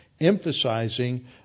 emphasizing